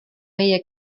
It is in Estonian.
meie